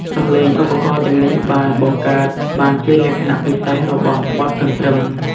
សំឡេងឧបករណ៍ទាំងនេះបានបង្កើតបានជាលក្ខណៈពិសេសរបស់បទកន្ទ្រឹម។